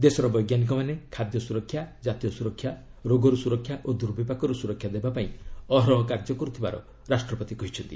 ଦେଶର ବୈଜ୍ଞାନିକମାନେ ଖାଦ୍ୟ ସୁରକ୍ଷା ଜାତୀୟ ସୁରକ୍ଷା ରୋଗରୁ ସୁରକ୍ଷା ଓ ଦୁର୍ବିପାକରୁ ସୁରକ୍ଷା ଦେବା ପାଇଁ ଅହରହ କାର୍ଯ୍ୟ କରୁଥିବାର ରାଷ୍ଟ୍ରପତି କହିଛନ୍ତି